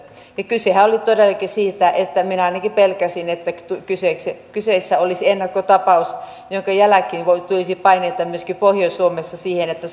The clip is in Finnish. kysehän oli todellakin siitä että ainakin minä pelkäsin että kyseessä olisi ennakkotapaus jonka jälkeen tulisi paineita myöskin pohjois suomessa siihen että